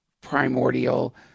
primordial